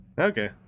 Okay